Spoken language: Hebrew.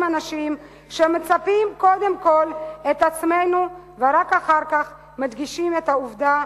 אנשים שמציפים קודם כול את עצמנו ורק אחר כך מדגישים את העובדות